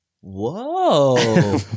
Whoa